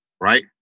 right